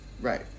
Right